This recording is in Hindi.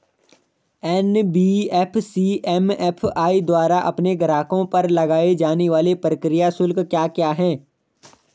एन.बी.एफ.सी एम.एफ.आई द्वारा अपने ग्राहकों पर लगाए जाने वाले प्रक्रिया शुल्क क्या क्या हैं?